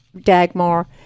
Dagmar